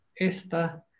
esta